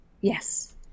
Yes